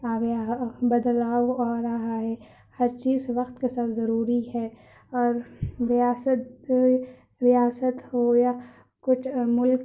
آ گیا ہے بدلاؤ آ رہا ہے ہر چیز وقت کے ساتھ ضروری ہے اور ریاست ریاست ہو یا کچھ ملک